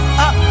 up